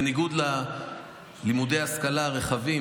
בניגוד ללימודי ההשכלה הרחבים,